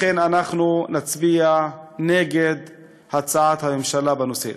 לכן אנחנו נצביע נגד הצעת הממשלה בנושא.